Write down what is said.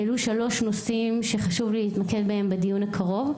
העלו שלושה נושאים שחשוב לי להתמקד בהם בדיון הקרוב,